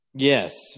Yes